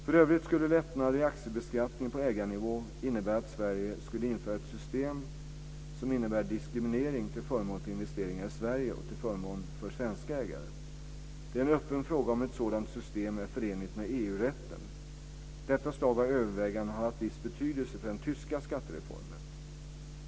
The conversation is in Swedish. För övrigt skulle lättnader i aktiebeskattningen på ägarnivå innebära att Sverige skulle införa ett system som innebär diskriminering till förmån för investeringar i Sverige och till förmån för svenska ägare. Det är en öppen fråga om ett sådant system är förenligt med EU-rätten. Detta slag av överväganden har haft viss betydelse för den tyska skattereformen.